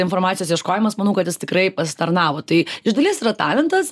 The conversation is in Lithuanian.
informacijos ieškojimas manau kad jis tikrai pasitarnavo tai iš dalies yra talentas